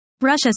Russia